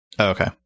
Okay